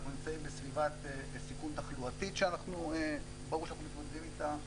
אנחנו נמצאים בסביבת סיכון תחלואתית שברור שאנחנו מתמודדים איתה.